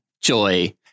JOY